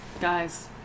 guys